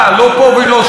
"לא פה, לא שם"